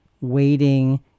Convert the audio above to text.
waiting